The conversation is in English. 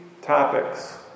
topics